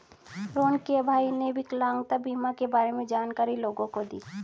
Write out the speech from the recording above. रोहण के भाई ने विकलांगता बीमा के बारे में जानकारी लोगों को दी